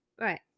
Right